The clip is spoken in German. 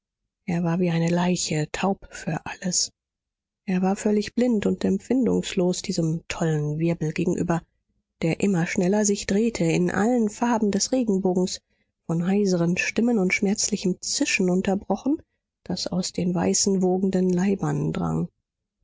er war wie eine leiche taub für alles er war völlig blind und empfindungslos diesem tollen wirbel gegenüber der immer schneller sich drehte in allen farben des regenbogens von heiseren stimmen und schmerzlichem zischen unterbrochen das aus den weißen wogenden leibern drang